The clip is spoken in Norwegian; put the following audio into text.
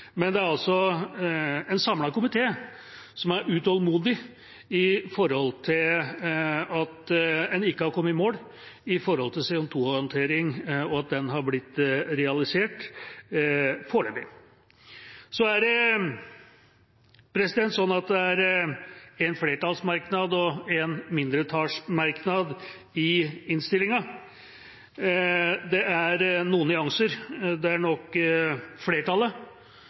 men en samlet komité er utålmodig over at en foreløpig ikke har kommet i mål med CO 2 -håndteringen, og at den har blitt realisert. Det er en flertallsmerknad og en mindretallsmerknad i innstillinga. Det er noen nyanser, der flertallet på fem medlemmer nok